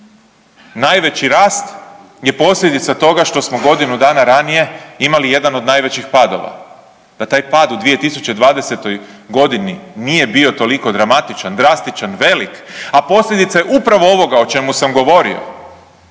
Najveći rast je posljedica toga što smo godinu dana ranije imali jedan od najvećih padova. Da taj pad u 2020. godini nije bio toliko dramatičan, drastičan, velik, a posljedica je upravo ovoga o čemu sam govorio,